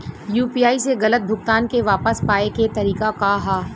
UPI से गलत भुगतान के वापस पाये के तरीका का ह?